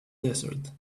desert